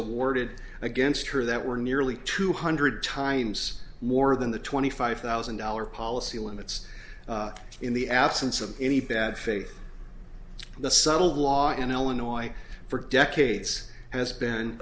awarded against her that were nearly two hundred times more than the twenty five thousand dollars policy limits in the absence of any bad faith the subtle law in illinois for decades has been